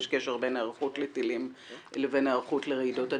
יש קשר בין היערכות לטילים לבין היערכות לרעידות אדמה.